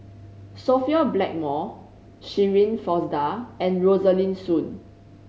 Sophia Blackmore Shirin Fozdar and Rosaline Soon